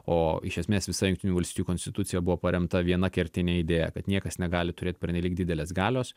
o iš esmės visa jungtinių valstijų konstitucija buvo paremta viena kertine idėja kad niekas negali turėt pernelyg didelės galios